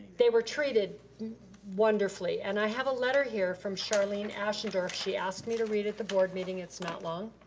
they were treated wonderfully, and i have a letter here from charlene ashendorf, she asked me to read at the board meeting, it's not long.